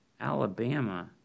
Alabama